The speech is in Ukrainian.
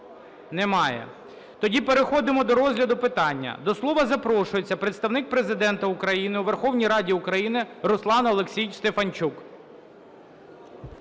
Немає. Тоді переходимо до розгляду питання. До слова запрошується представник Президента України у Верховній Раді України Руслан Олексійович Стефанчук.